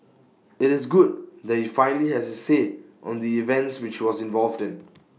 IT is good that he finally has his say on the events which he was involved in